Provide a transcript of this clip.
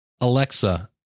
Alexa